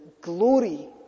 glory